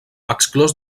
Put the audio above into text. exclòs